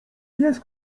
pies